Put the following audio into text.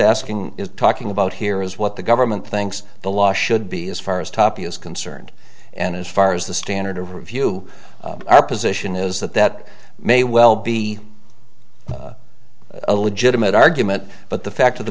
asking is talking about here is what the government thinks the law should be as far as toppy is concerned and as far as the standard of review our position is that that may well be a legitimate argument but the fact of the